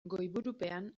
goiburupean